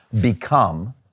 Become